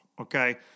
okay